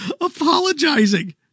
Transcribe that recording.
apologizing